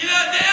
אני לא יודע?